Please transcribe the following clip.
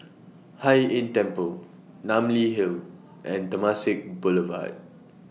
Hai Inn Temple Namly Hill and Temasek Boulevard